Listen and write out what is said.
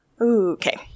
Okay